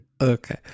Okay